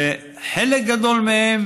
וחלק גדול מהן